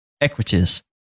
equities